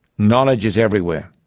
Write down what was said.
knowledge is everywhere,